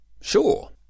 Sure